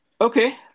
Okay